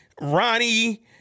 Ronnie